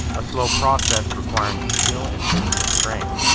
a slow process requiring skill and physical strength.